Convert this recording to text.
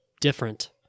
different